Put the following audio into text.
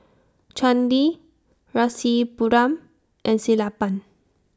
Chandi Rasipuram and Sellapan